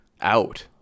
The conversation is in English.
out